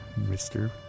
Mr